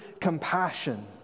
compassion